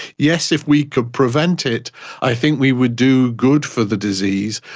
yes, if we could prevent it i think we would do good for the disease.